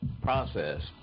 process